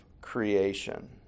creation